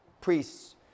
priests